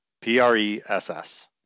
P-R-E-S-S